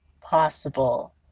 possible